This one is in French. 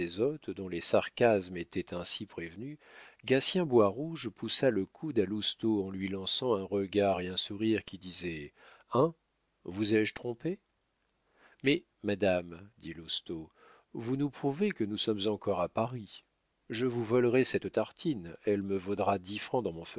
dont les sarcasmes étaient ainsi prévenus gatien boirouge poussa le coude à lousteau en lui lançant un regard et un sourire qui disaient hein vous ai-je trompés mais madame dit lousteau vous nous prouvez que nous sommes encore à paris je vous volerai cette tartine elle me vaudra dix francs dans mon